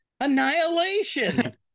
annihilation